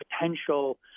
potential